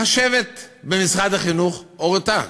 החשבת במשרד החינוך הורתה,